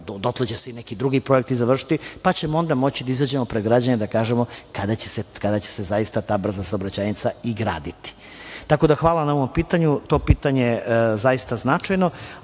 dotle će se i neki drugi projekti završiti, pa ćemo onda moći da izađemo pred građane da kažemo kada će se zaista ta brza saobraćajnica i graditi. Hvala na ovom pitanju. To je pitanje zaista značajno.